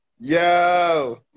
yo